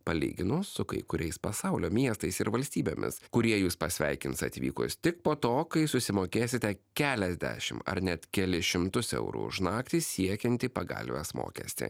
palyginus su kai kuriais pasaulio miestais ir valstybėmis kurie jus pasveikins atvykus tik po to kai susimokėsite keliasdešimt ar net kelis šimtus eurų už naktį siekiantį pagalvės mokestį